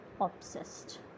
obsessed